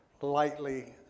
lightly